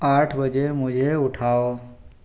आठ बजे मुझे उठाओ